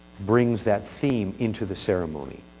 brings that theme into the ceremony.